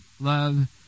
love